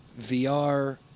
VR